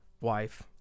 wife